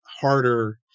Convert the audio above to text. harder